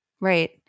Right